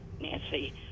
Nancy